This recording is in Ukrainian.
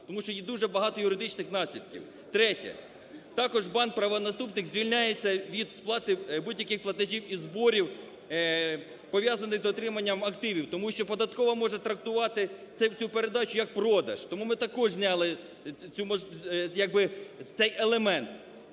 Тому що їх дуже багато, юридичних наслідків. Третє. Також банк-правонаступник звільняється від сплати будь-яких платежів і зборів, пов'язаних з дотриманням активів, тому що податкова може трактувати цю передачу як продаж. Тому ми також зняли цю… як